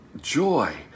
joy